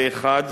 פה-אחד,